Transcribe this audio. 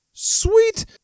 Sweet